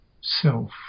self